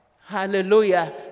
Hallelujah